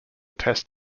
test